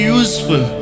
useful